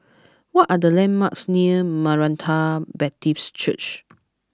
what are the landmarks near Maranatha Baptist Church